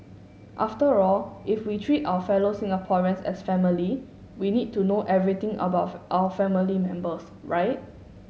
after all if we treat our fellow Singaporeans as family we need to know everything about our family members right